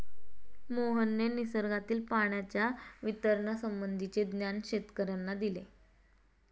मोहनने निसर्गातील पाण्याच्या वितरणासंबंधीचे ज्ञान शेतकर्यांना दिले